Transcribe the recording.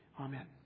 Amen